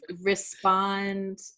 respond